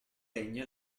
regno